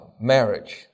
marriage